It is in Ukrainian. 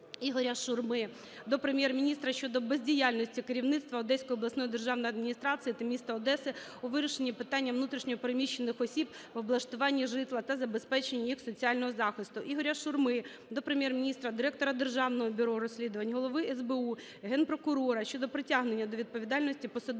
Ігоря Шурми до Прем'єр-міністра щодо бездіяльності керівництва Одеської обласної державної адміністрації та міста Одеси у вирішенні питання внутрішньо переміщених осіб в облаштуванні житла та забезпеченні їх соціального захисту. Ігоря Шурми до Прем'єр-міністра, директора Державного бюро розслідувань, Голови СБУ, Генпрокурора щодо притягнення до відповідальності посадових